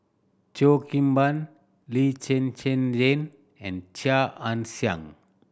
Cheo Kim Ban Lee Zhen Zhen Jane and Chia Ann Siang